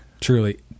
Truly